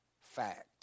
fact